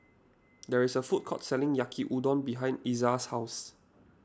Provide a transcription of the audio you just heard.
there is a food court selling Yaki Udon behind Izaiah's house